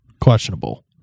Questionable